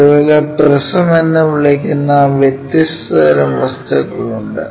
അതുപോലെ പ്രിസം എന്ന് വിളിക്കുന്ന വ്യത്യസ്ത തരം വസ്തുക്കളുണ്ട്